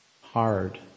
hard